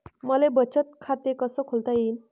मले बचत खाते कसं खोलता येईन?